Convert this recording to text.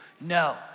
No